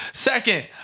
Second